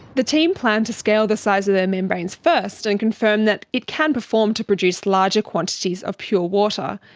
the team plan to scale the size of their membranes first and confirm that it can perform to produce larger quantities of pure water.